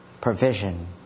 provision